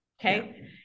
okay